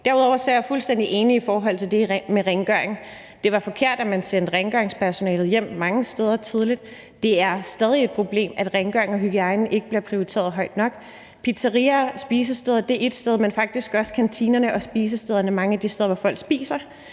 Derudover er jeg fuldstændig enig i forhold til det med rengøring. Det var forkert, at man sendte rengøringspersonalet hjem tidligt mange steder. Det er stadig et problem, at rengøring og hygiejne ikke bliver prioriteret højt nok. Pizzeriaer og spisesteder er én ting, men faktisk gælder det også kantinerne og spisestederne, mange af de steder, hvor folk spiser.